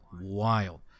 wild